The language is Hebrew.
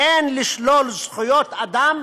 אין לשלול זכויות אדם